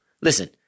listen